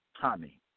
Tommy